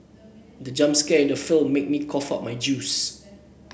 the jump scare in the film made me cough out my juice